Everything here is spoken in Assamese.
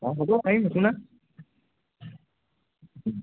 অঁ হ'ব পাৰিম একো নাই